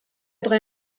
drei